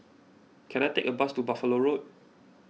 can I take a bus to Buffalo Road